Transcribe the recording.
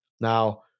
now